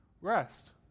rest